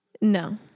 No